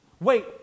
Wait